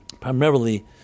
primarily